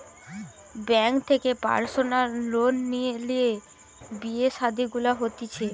bank থেকে personal loan লিয়ে বিয়ে শাদী গুলা হতিছে